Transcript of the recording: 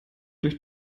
durch